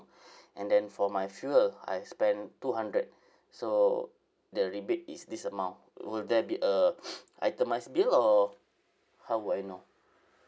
and then for my fuel I spend two hundred so the rebate is this amount will there be a itemised bill or how would I know